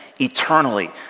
eternally